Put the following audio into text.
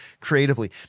creatively